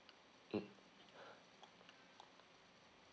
mm